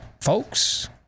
folks